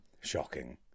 Shocking